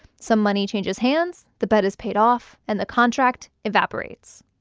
some money changes hands, the bet is paid off, and the contract evaporates.